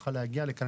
צריכה להגיע לכאן.